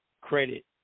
credit